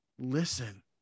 listen